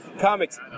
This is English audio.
comics